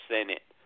Senate